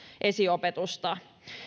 esiopetusta